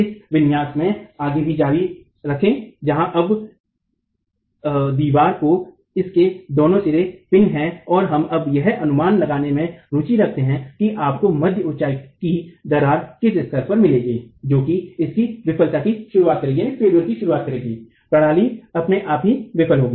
इस विन्यास में आगे भी जारी रहें जहां अब दीवार को इसके दोनों सिरों पिन है और हम अब यह अनुमान लगाने में रुचि रखते हैं कि आपको मध्य ऊंचाई की दरार किस स्तर पर मिलेगी जो कि इसकी विफलता की शुरुआत करेगी प्रणाली अपने आप ही विफल होगी